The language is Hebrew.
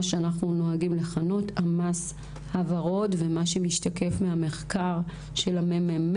שאנחנו נוהגים לכנות "המס הוורוד ומה שמשתקף מהמחקר של המ.מ.מ.